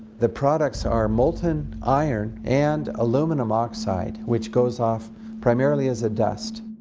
the products are molten iron and aluminum oxide which goes off primarily as a dust.